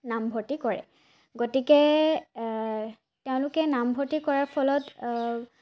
নামভৰ্তি কৰে গতিকে তেওঁলোকে নামভৰ্তি কৰাৰ ফলত